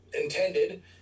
intended